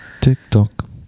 tiktok